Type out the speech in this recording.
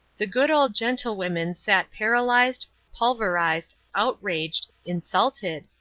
the good old gentlewomen sat paralyzed, pulverized, outraged, insulted,